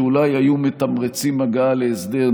שאולי היו מתמרצים הגעה להסדר.